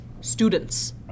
students